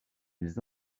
ils